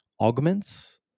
augments